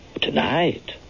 tonight